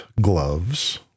gloves